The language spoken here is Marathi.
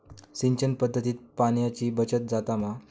सिंचन पध्दतीत पाणयाची बचत जाता मा?